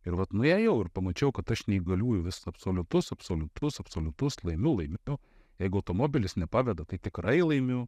ir vat nuėjau ir pamačiau kad aš neįgaliųjų vis absoliutus absoliutus absoliutus laimiu laimiu jeigu automobilis nepaveda tai tikrai laimiu